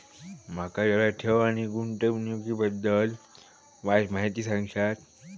माका जरा ठेव आणि गुंतवणूकी बद्दल वायचं माहिती सांगशात?